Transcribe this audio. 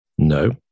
No